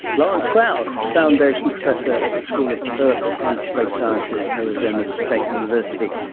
lawrence krauss, foundation professor at the school of earth and space sciences, arizona state university,